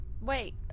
Wait